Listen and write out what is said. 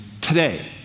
today